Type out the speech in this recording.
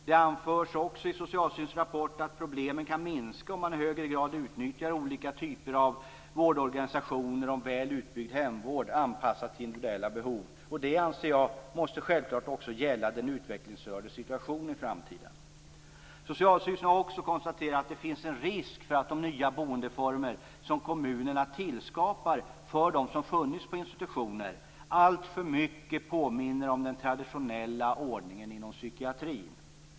Det anförs också i Socialstyrelsens rapport att problemen kan minska om man i högre grad utnyttjar olika typer av vårdorganisationer och en väl utbyggd hemvård anpassad till individuella behov. Det anser jag självklart också måste gälla den utvecklingsstördes situation i framtiden. Socialstyrelsen har också konstaterat att det finns en risk för att de nya boendeformer som kommunerna skapar för dem som funnits på institutioner alltför mycket påminner om den traditionella ordningen inom psykiatrin.